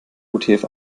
utf